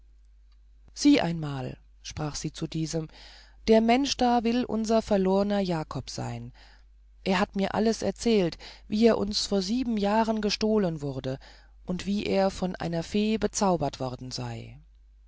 sieh einmal sprach sie zu diesem der mensch da will unser verlorner jakob sein er hat mir alles erzählt wie er uns vor sieben jahren gestohlen wurde und wie er von einer fee bezaubert worden sei